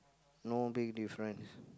no big difference